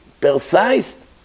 precise